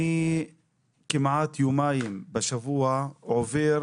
כמעט יומיים בשבוע אני עובר